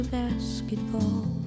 basketball